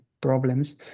problems